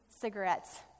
cigarettes